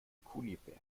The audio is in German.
kunibert